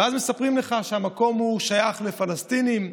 ואז מספרים לך שהמקום שייך לפלסטינים.